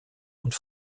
und